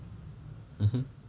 mmhmm